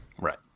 Right